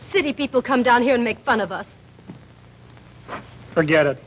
city people come down here and make fun of us forget it